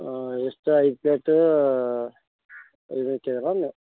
ಎಷ್ಟು ಐದು ಪ್ಲೇಟ್ ಇದನ್ನು ಕೇಳಿದಿರಾ